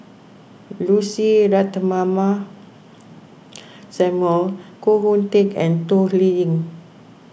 Lucy Ratnammah Samuel Koh Hoon Teck and Toh Liying